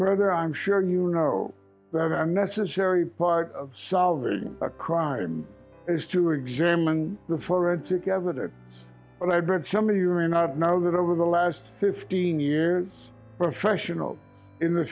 further i'm sure you know necessary part of solving a crime is to examine the forensic evidence but i bet some of you are not know that over the last fifteen years professional in the